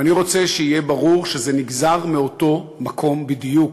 ואני רוצה שיהיה ברור שזה נגזר מאותו מקום בדיוק,